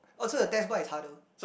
oh so the test bike is harder